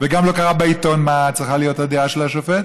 וגם לא קרא בעיתון מה צריכה להיות הדעה של השופט,